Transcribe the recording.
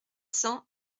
cents